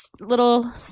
little